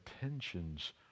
tensions